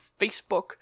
Facebook